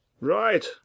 Right